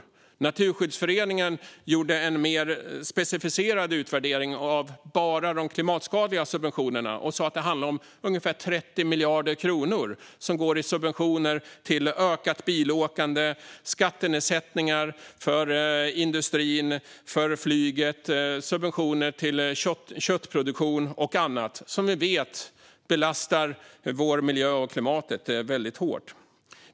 Naturskyddsföreningen gjorde en mer specificerad utvärdering av bara de klimatskadliga subventionerna. Man sa att det handlar om ungefär 30 miljarder kronor som går till subventioner av ökat bilåkande, skattenedsättningar för industrin och för flyget, subventioner av köttproduktion och annat som vi vet belastar vår miljö och klimatet hårt.